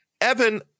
Evan